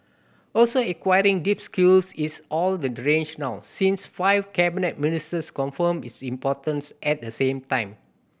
also acquiring deep skills is all the rage now since five cabinet ministers confirmed its importance at the same time